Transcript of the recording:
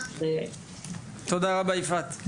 תודה רבה יפעת.